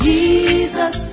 Jesus